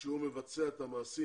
כשהוא מבצע את המעשים.